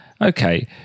Okay